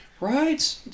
Right